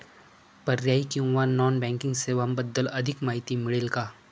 पर्यायी किंवा non banking सेवांबद्दल अधिक माहिती मिळेल का?